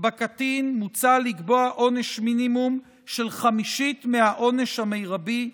בקטין מוצע לקבוע עונש מינימום של חמישית מהעונש המרבי,